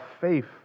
faith